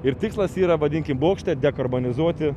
ir tikslas yra vadinkim bokšte dekarbonizuoti